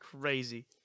crazy